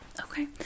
okay